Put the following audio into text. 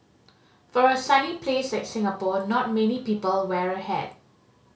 for a sunny place like Singapore not many people wear a hat